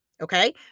okay